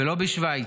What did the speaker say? לא בשווייץ.